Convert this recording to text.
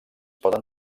poden